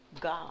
God